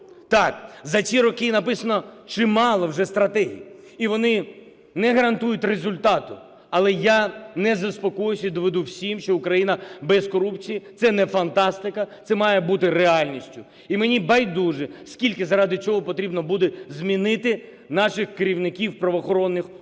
Так, за ці роки написано чимало вже стратегій, і вони не гарантують результату. Але я не заспокоюся і доведу всім, що Україна без корупції – це не фантастика, це має бути реальністю. І мені байдуже, скільки заради цього потрібно буде змінити наших керівників правоохоронних органів: